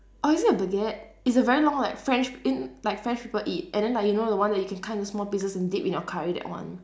oh is it a baguette it's a very long like french in like french people eat and then like you know the one that you can cut into small pieces and dip in your curry that one